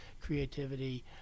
creativity